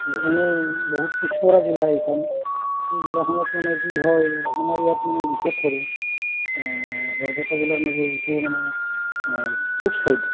এই এনেই বহুত পিছপৰা জিলা এইখন এই জিলাখনত মানে কি হয় আমাৰ ইয়াত মানে বিশেষ কৰি বৰপেটাৰ জিলাৰ মাজে যিটো মানে পূব ছাইড